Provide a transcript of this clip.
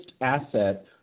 asset